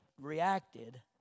reacted